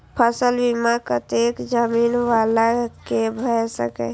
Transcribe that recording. फसल बीमा कतेक जमीन वाला के भ सकेया?